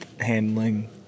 handling